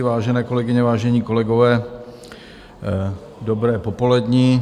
Vážené kolegyně, vážení kolegové, dobré popoledne.